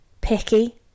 Picky